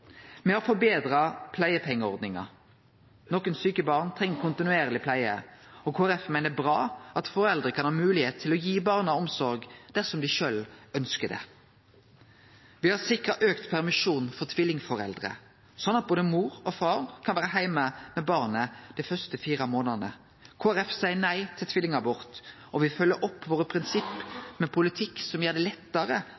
Me har forbetra pleiepengeordninga. Nokre sjuke barn treng kontinuerleg pleie, og Kristeleg Folkeparti meiner det er bra at foreldre kan ha moglegheit til å gi barna omsorg dersom dei sjølve ønskjer det. Me har sikra auka permisjon for tvillingforeldre, slik at både mor og far kan vere heime med barna dei første fire månadane. Kristeleg Folkeparti seier nei til tvillingabort, og me følgjer opp våre